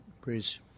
please